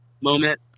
moment